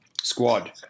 squad